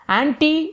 anti